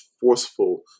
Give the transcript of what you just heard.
forceful